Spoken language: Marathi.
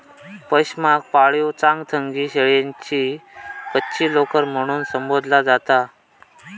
पशमाक पाळीव चांगथंगी शेळ्यांची कच्ची लोकर म्हणून संबोधला जाता